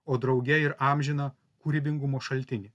o drauge ir amžiną kūrybingumo šaltinį